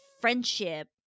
friendship